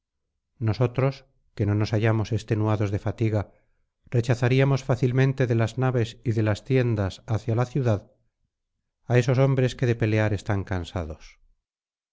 nosotros que no nos hallamos extenuados de fatiga rechazaríamos fácilmente de las naves y de las tiendas hacia la ciudad á esos hombres que de pelear están cansados